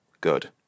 Good